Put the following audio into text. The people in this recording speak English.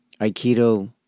Aikido